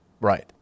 right